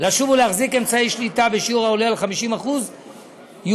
לשוב ולהחזיק אמצעי שליטה בשיעור העולה על 50% יורדמו